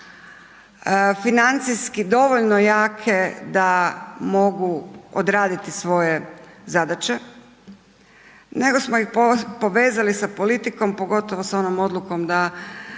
financijski dovoljno jake da mogu odraditi svoje zadaće, nego smo ih povezali sa politikom, pogotovo sa onom odlukom da